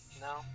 No